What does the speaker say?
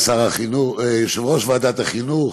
יושב-ראש ועדת החינוך,